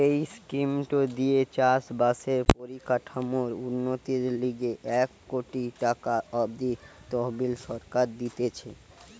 এই স্কিমটো দিয়ে চাষ বাসের পরিকাঠামোর উন্নতির লিগে এক কোটি টাকা অব্দি তহবিল সরকার দিতেছে